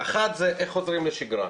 אחת, איך חוזרים לשגרה?